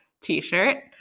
t-shirt